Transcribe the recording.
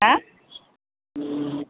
হাঁ